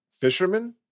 fisherman